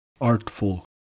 Artful